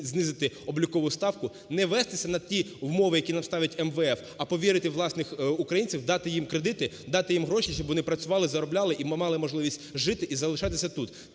знизити облікову ставку. Не вестися на ті умови, які нам ставить МВФ, а повірити у власних українців, дати їм кредити, дати їм гроші, щоб вони працювали, заробляли і ми мали можливість жити і залишатися тут.